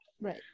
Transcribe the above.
Right